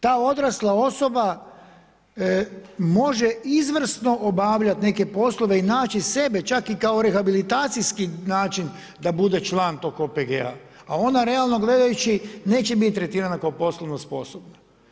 Ta odrasla osoba može izvrsno obavljati neke poslove i naći sebe čak i kao rehabilitacijski način da bude član tog OPG-a, a ona realno gledajući neće bit tretirana kao poslovno sposobna.